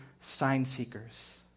sign-seekers